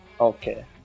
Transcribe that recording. Okay